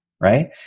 Right